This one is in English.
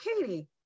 Katie